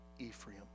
Ephraim